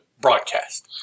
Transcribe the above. broadcast